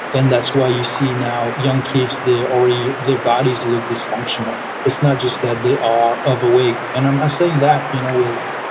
and that's why you see now young kids, they're already, their bodies look dysfunctional. it's not just that they are overweight. and i'm not saying that you know with